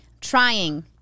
Trying